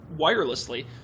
wirelessly